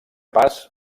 pas